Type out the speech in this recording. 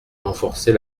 renforcer